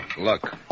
Look